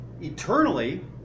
eternally